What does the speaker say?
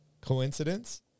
Coincidence